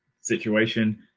situation